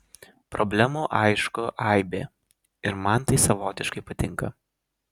problemų aišku aibė ir man tai savotiškai patinka